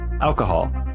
alcohol